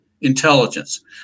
intelligence